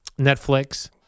Netflix